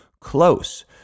close